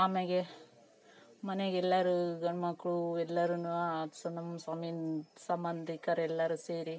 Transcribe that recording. ಆಮ್ಯಾಗೆ ಮನೆಗೆ ಎಲ್ಲರೂ ಗಂಡುಮಕ್ಳು ಎಲ್ಲಾರು ಸಂಬಂಧಿಕರೆಲ್ಲರು ಸೇರಿ